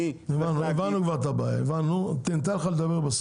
הבנו את הבעיה, אתה תדבר מאוחר יותר.